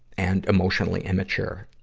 and emotionally immature.